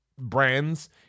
brands